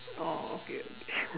oh okay okay